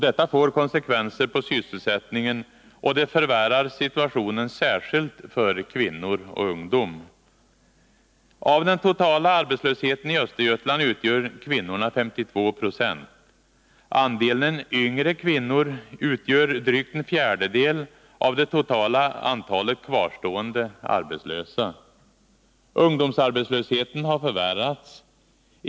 Detta får konsekvenser på sysselsättningen, och det förvärrar situationen, särskilt för kvinnor och ungdom. Av det totala antalet arbetslösa i Östergötland utgör kvinnorna 52 96. Andelen yngre kvinnor utgör drygt en fjärdedel av det totala antalet kvarstående arbetslösa. Ungdomsarbetslösheten har förvärrats.